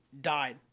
died